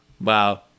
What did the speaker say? wow